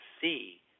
see